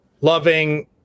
loving